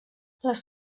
les